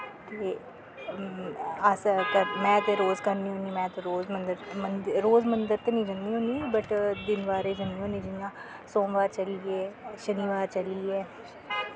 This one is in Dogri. ते अस मैं ते रोज करनी होनी मैं ते रोज़ मन्दर रोज़ मन्दर ते नी जन्नी होनी बट दिनबारे जन्नी होनी जि'यां सोमबार चली गे शनिबार चली गे